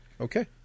Okay